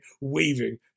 waving